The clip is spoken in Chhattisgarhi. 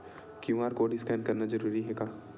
क्यू.आर कोर्ड स्कैन करना जरूरी हे का?